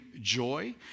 joy